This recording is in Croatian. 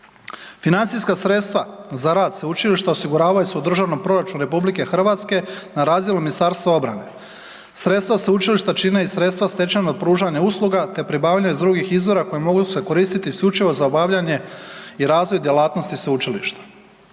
Financijska sredstva za rad sveučilišta osiguravaju se u Državnom proračunu RH na razini Ministarstva obrane. Sredstva sveučilišta čine i sredstva stečenog pružanja usluga te pribavljanja iz drugih izvora koja se mogu koristiti isključivo za obavljanje i razvoj djelatnosti sveučilišta.